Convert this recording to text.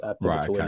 Right